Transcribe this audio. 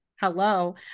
Hello